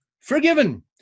Forgiven